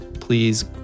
please